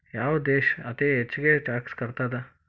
ಯಾವ್ ದೇಶ್ ಅತೇ ಹೆಚ್ಗೇ ಟ್ಯಾಕ್ಸ್ ಕಟ್ತದ?